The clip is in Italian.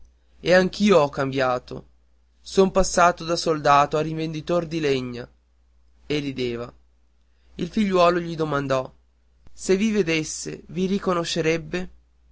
e anch'io ho cambiato son passato da soldato a rivenditor di legna e rideva il figliuolo gli domandò se vi vedesse vi riconoscerebbe